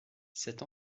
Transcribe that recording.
cette